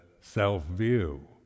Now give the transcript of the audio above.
self-view